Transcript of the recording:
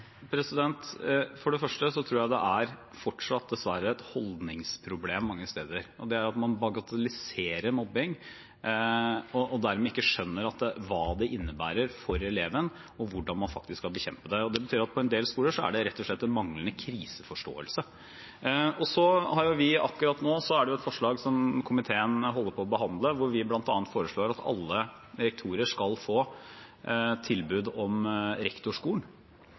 For det første tror jeg det er fortsatt, dessverre, et holdningsproblem mange steder – det at man bagatelliserer mobbing, og dermed ikke skjønner hva det innebærer for eleven, og hvordan man skal bekjempe det. Det betyr at det på en del skoler rett og slett er manglende kriseforståelse. Akkurat nå holder komiteen på og behandler et forslag hvor vi bl.a. foreslår at alle rektorer skal få tilbud om å gå på Rektorskolen. Det å få rektortrening og å gå på Rektorskolen dreier seg ikke bare om at man skal få